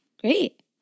Great